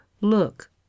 Look